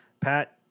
Pat